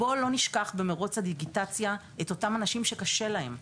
בוא לא נשכח במרוץ הדיגיטציה את אותם אנשים שקשה להם,